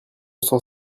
sans